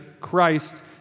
Christ